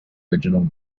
original